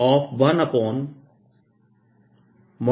r r